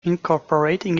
incorporating